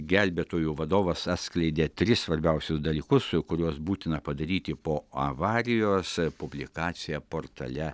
gelbėtojų vadovas atskleidė tris svarbiausius dalykus kuriuos būtina padaryti po avarijos publikaciją portale